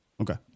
Okay